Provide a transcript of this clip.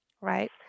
right